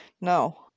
No